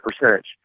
percentage